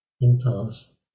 impulse